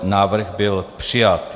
Návrh byl přijat.